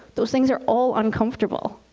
those things are all uncomfortable.